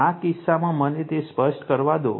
તેથી આ કિસ્સામાં મને તે સ્પષ્ટ કરવા દો